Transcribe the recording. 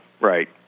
right